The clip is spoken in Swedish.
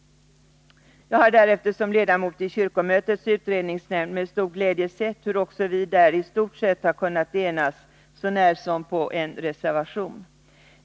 Jag har därefter som ledamot i kyrkomötets utredningsnämnd med stor glädje sett hur vi också där i stort sett har kunnat enas, så när som på en reservation.